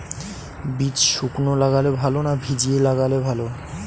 বীজ শুকনো লাগালে ভালো না ভিজিয়ে লাগালে ভালো?